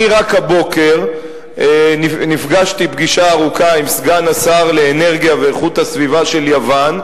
רק הבוקר נפגשתי פגישה ארוכה עם סגן השר לאנרגיה ואיכות הסביבה של יוון,